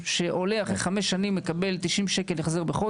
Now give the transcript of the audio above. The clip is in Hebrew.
שעולה אחרי חמש שנים מקבל החזר של 90 שקל בחודש,